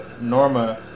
Norma